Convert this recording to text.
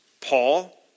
Paul